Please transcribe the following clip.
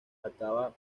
acaba